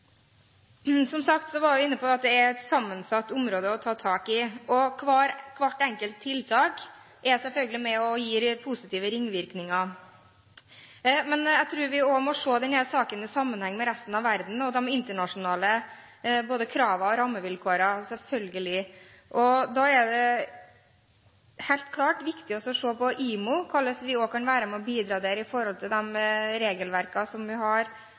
et sammensatt område å ta tak i. Hvert enkelt tiltak er selvfølgelig med på å gi positive ringvirkninger. Jeg tror at vi også må se denne saken i sammenheng med resten av verden, og selvfølgelig med internasjonale krav og rammevilkår. Da er det helt klart viktig å se på IMO og hvorledes vi kan være med på å bidra til det regelverket vi har, ikke minst når det gjelder krav til klima. Der er det ennå mye å hente. Jeg tror at norske næringsaktører har